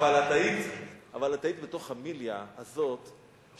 אבל את היית בתוך המיליה הזה,